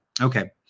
Okay